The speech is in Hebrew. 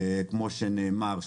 כמו שנאמר,